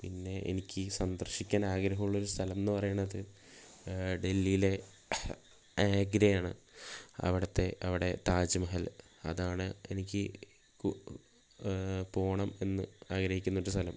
പിന്നെ എനിക്ക് സന്ദർശിക്കാൻ ആഗ്രഹമുള്ളൊരു സ്ഥലമെന്ന് പറയണത് ഡൽഹിയിലെ ആഗ്രയാണ് അവിടുത്തെ അവിടെ താജ്മഹൽ അതാണ് എനിക്ക് പോകണമെന്ന് ആഗ്രഹിക്കുന്ന ഒരു സ്ഥലം